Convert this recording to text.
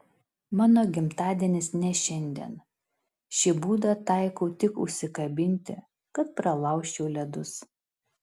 mano gimtadienis ne šiandien šį būdą taikau tik užsikabinti kad pralaužčiau ledus